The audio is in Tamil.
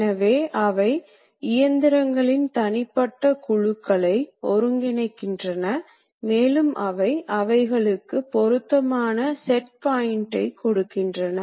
பாகங்களை அடிக்கடி சிறிய அளவில் லாட் செயலாக்கினால் மேலும் ஆட்டோமேஷனைப் பயன்படுத்தாவிட்டால் அமைக்கும் நேரத்திற்கு நிறைய நேரம் செலவிட வேண்டும்